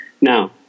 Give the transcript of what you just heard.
now